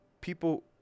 people